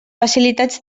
facilitats